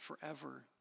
forever